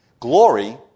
Glory